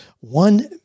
one